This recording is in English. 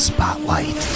Spotlight